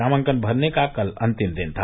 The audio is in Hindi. नामांकन भरने का कल अंतिम दिन था